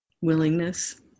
willingness